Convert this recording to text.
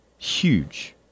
Huge